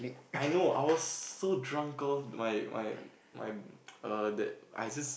I know I was so drunk off my my my err that I just